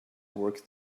work